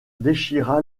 déchira